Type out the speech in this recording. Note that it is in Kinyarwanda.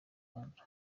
rwanda